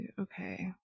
okay